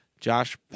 Josh